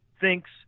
thinks